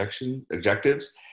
objectives